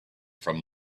from